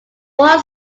four